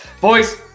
Boys